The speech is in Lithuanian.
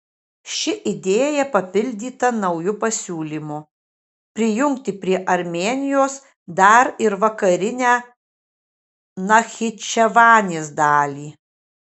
ši idėja papildyta nauju pasiūlymu prijungti prie armėnijos dar ir vakarinę nachičevanės dalį